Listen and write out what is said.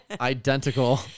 identical